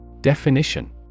Definition